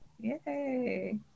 yay